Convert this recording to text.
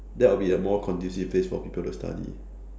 that would be a more conducive place for people to study